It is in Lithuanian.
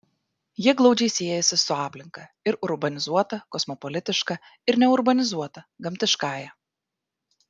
ji glaudžiai siejasi su aplinka ir urbanizuota kosmopolitiška ir neurbanizuota gamtiškąja